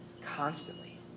Constantly